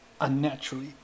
unnaturally